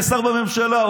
כשר בממשלה,